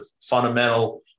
fundamental